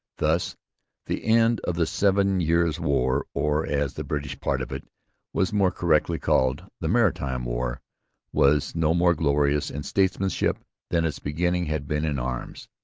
thus the end of the seven years' war, or, as the british part of it was more correctly called, the maritime war was no more glorious in statesmanship than its beginning had been in arms.